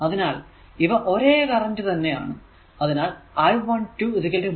അതിനാൽ ഇവ ഒരേ കറന്റ് തന്നെ ആണ്